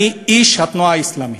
אני איש התנועה אסלאמית,